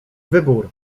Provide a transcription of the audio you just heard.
wybór